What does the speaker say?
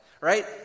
Right